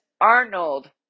Arnold